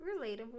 relatable